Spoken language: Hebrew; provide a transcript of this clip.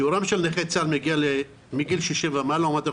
שיעורם של נכי צה"ל מגיל 60 ומעלה עומד על